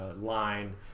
line